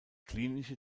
klinische